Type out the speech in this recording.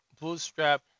Bootstrap